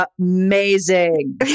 amazing